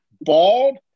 Bald